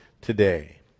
today